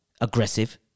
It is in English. aggressive